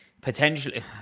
potentially